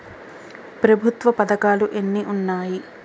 ప్రభుత్వ పథకాలు ఎన్ని ఉన్నాయి?